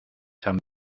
san